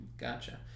Gotcha